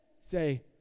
Say